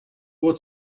ohr